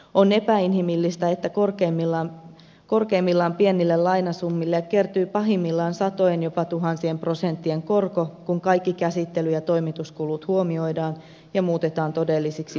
on epäinhimillistä että korkeimmillaan pienille lainasummille kertyy pahimmillaan satojen jopa tuhansien prosenttien korko kun kaikki käsittely ja toimituskulut huomioidaan ja muutetaan todellisiksi vuosikoroiksi